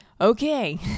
Okay